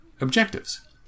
objectives